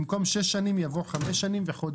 הצבעה ההסתייגות לא התקבלה.